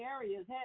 areas